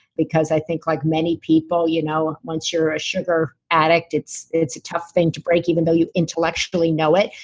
because i think like many people, you know once you're a sugar addict it's a tough thing to break, even though you intellectually know it,